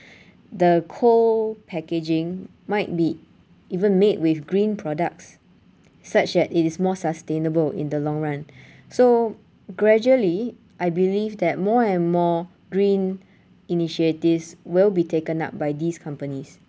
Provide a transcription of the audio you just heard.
the coal packaging might be even made with green products such that it is more sustainable in the long run so gradually I believe that more and more green initiatives will be taken up by these companies